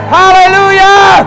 hallelujah